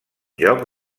joc